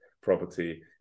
Property